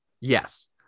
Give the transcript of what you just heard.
yes